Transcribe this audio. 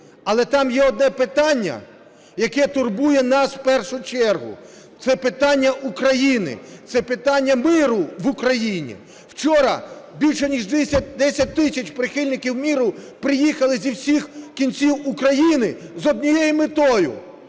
Але там є одне питання, яке турбує нас в першу чергу, це питання України, це питання миру в Україні. Вчора більше ніж 10 тисяч прихильників миру приїхали з усіх кінців України з однією метою: